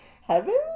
heaven